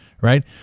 Right